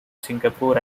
singapore